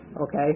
okay